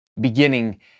beginning